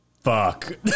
Fuck